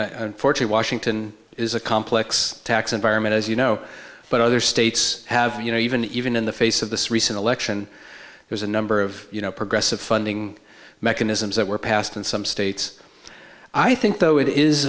mean washington is a complex tax environment as you know but other states have you know even even in the face of this recent election there's a number of you know progressive funding mechanisms that were passed in some states i think though it is